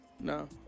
No